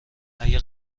اگه